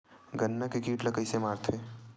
गन्ना के कीट ला कइसे मारथे?